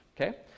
Okay